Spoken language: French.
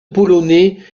polonais